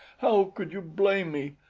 how could you blame me?